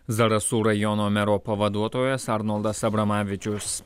zarasų rajono mero pavaduotojas arnoldas abramavičius